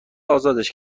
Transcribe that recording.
ازادش